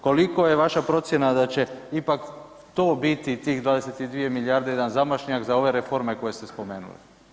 Koliko je vaša procjena da će ipak to biti tih 22 milijarde jedan zamašnjak za ove reforme koje ste spomenuli?